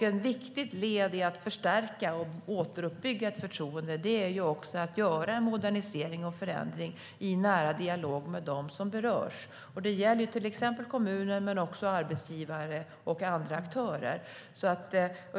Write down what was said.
En viktig del i att förstärka och återuppbygga ett förtroende är också att göra en modernisering och förändring i nära dialog med dem som berörs. Det gäller till exempel kommuner men också arbetsgivare och andra aktörer.